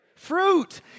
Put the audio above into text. fruit